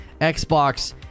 Xbox